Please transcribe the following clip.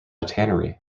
tannery